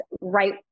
right